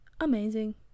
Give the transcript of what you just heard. amazing